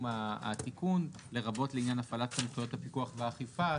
התיקון לרבות לעניין הפעלת סמכויות הפיקוח והאכיפה,